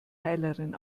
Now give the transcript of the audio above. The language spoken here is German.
heilerin